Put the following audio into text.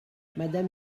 madame